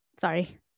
Sorry